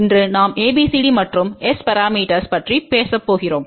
இன்று நாம் ABCD மற்றும் S பரமீட்டர்ஸ் பற்றி பேசப்போகிறோம்